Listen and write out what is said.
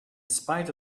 spite